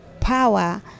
power